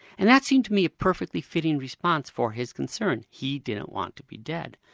and that seemed to me a perfectly fitting response for his concern. he didn't want to be dead.